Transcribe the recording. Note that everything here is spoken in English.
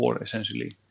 essentially